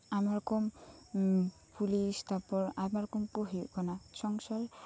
ᱟᱭᱢᱟ ᱨᱚᱠᱚᱢ ᱯᱩᱞᱤᱥ ᱛᱟ ᱯᱚᱨ ᱟᱭᱢᱟ ᱨᱚᱠᱚᱢ ᱠᱚ ᱦᱩᱭᱩᱜ ᱠᱟᱱᱟ ᱥᱚᱝᱥᱟᱨ